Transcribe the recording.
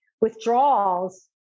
withdrawals